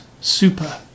Super